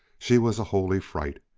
she was a holy fright!